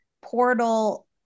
portal